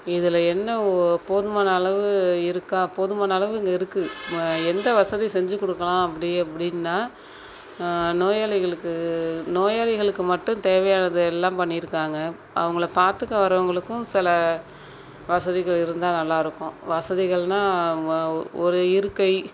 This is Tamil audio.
இதில் என்ன ஓ போதுமான அளவு இருக்கா போதுமான அளவு இங்கே இருக்குது எந்த வசதி செஞ்சு கொடுக்கலாம் அப்படி அப்படின்னா நோயாளிகளுக்கு நோயாளிகளுக்கு மட்டும் தேவையானது எல்லாம் பண்ணியிருக்காங்க அவங்களை பார்த்துக்க வரவங்களுக்கும் சில வசதிகள் இருந்தால் நல்லா இருக்கும் வசதிகள்னால் வா ஒரு இருக்கை